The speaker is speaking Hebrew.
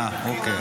אוקיי.